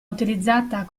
utilizzata